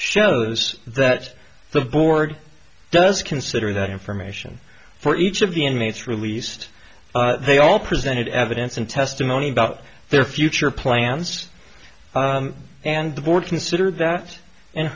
shows that the board does consider that information for each of the inmates released they all presented evidence and testimony about their future plans and